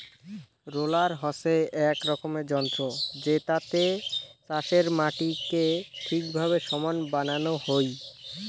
roller হসে এক রকমের যন্ত্র জেতাতে চাষের মাটিকে ঠিকভাবে সমান বানানো হই